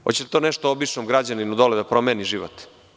Hoće li to nešto običnom građaninu dole da promeni život?